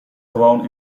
gewoon